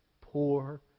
poor